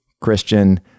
Christian